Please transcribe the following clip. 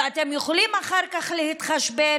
ואתם יכולים אחר כך להתחשבן,